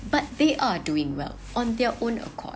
but they are doing well on their own accord